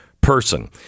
person